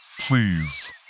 Please